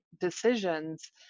decisions